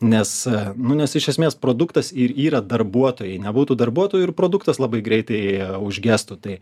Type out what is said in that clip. nes nu nes iš esmės produktas ir yra darbuotojai nebūtų darbuotojų ir produktas labai greitai užgestų tai